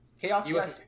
Chaos